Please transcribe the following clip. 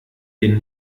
den